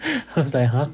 I was like !huh!